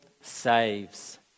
saves